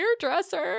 hairdresser